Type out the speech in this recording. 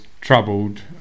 troubled